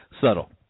Subtle